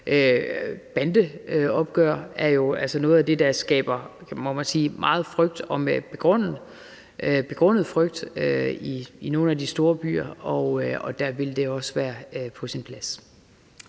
Bandeopgør er jo altså noget af det, der skaber, må man sige, meget frygt – og meget begrundet frygt – i nogle af de store byer, og der vil det også være på sin plads